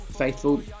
faithful